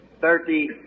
Thirty